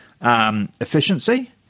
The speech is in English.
efficiency